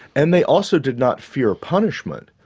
and they also did not fear punishment,